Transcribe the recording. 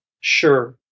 Sure